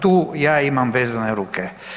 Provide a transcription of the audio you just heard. Tu ja imam vezane ruke.